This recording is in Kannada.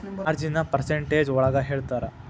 ಮಾರ್ಜಿನ್ನ ಪರ್ಸಂಟೇಜ್ ಒಳಗ ಹೇಳ್ತರ